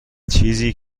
چیزی